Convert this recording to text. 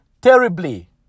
terribly